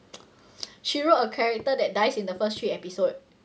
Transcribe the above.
she wrote a character that dies in the first three episode